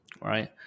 Right